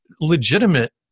legitimate